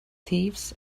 thieves